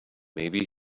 maybe